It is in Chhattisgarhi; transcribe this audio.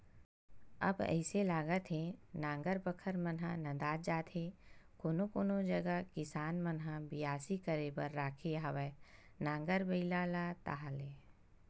अब अइसे लागथे नांगर बखर मन ह नंदात जात हे कोनो कोनो जगा किसान मन ह बियासी करे बर राखे हवय नांगर बइला ला ताहले